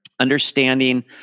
understanding